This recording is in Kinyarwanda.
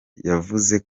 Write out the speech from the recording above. yavuze